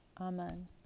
Amen